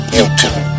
YouTube